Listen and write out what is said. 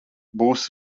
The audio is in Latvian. būs